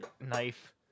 knife